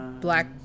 black